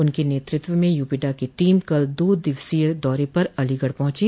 उनके नेतृत्व में यूपीडा की टीम कल दो दिवसीय दौरे पर अलीगढ़ पहुंची